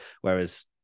whereas